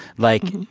like,